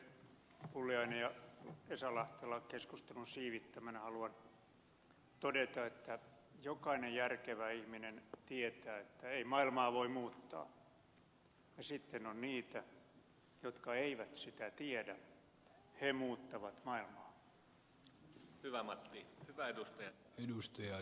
edustajien pulliainen ja esa lahtela keskustelun siivittämänä haluan todeta että jokainen järkevä ihminen tietää että ei maailmaa voi muuttaa ja sitten on niitä jotka eivät sitä tiedä he muuttavat maailmaa